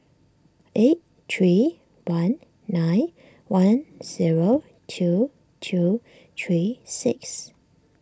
eight three one nine one zero two two three six